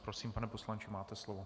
Prosím, pane poslanče, máte slovo.